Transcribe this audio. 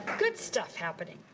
good stuff happening.